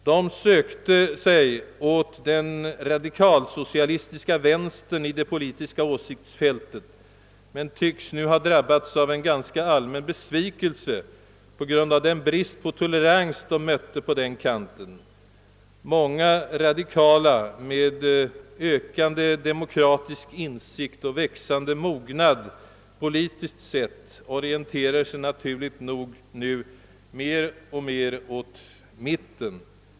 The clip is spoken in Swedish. De sökte sig åt den radikalsocialistiska vänstern i det politiska åsiktsfältet men tycks nu ha drabbats av en ganska allmän besvikelse på grund av den brist på tolerans de mötte på den kanten. Många radikala med ökande demokratisk insikt och växande politisk mognad orienterar sig naturligt nog nu mer och mer åt mitten.